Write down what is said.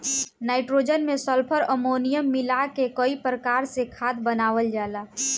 nitrogen में sulphur, ammonium मिला के कई प्रकार से खाद बनावल जाला